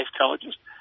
colleges